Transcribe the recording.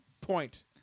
point